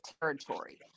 territory